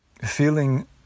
feeling